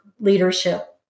leadership